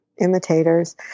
imitators